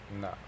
No